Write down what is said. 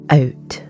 out